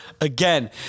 again